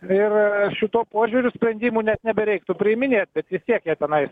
ir šituo požiūriu sprendimų net nebereiktų priiminėti bet kiek jie tenai